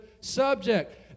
subject